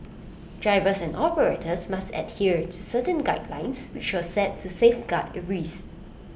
drivers and operators must adhere to certain guidelines which were set to safeguard the reefs